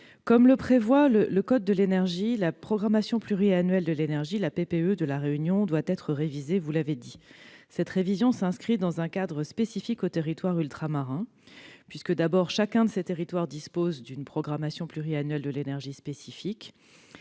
que le prévoit le code de l'énergie, la programmation pluriannuelle de l'énergie, la PPE, de La Réunion doit être révisée. Cette révision s'inscrit dans un cadre spécifique aux territoires ultramarins. En effet, en premier lieu, chaque territoire dispose d'une programmation pluriannuelle de l'énergie spécifique.